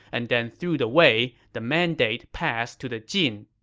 and then through the wei, the mandate passed to the jin.